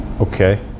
Okay